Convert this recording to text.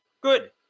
Good